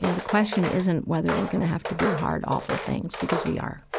you know the question isn't whether we're going to have to do hard, awful things, because we are.